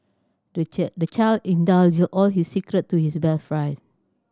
the the child indulged all his secret to his best friend